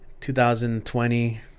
2020